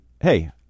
hey